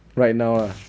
right now lah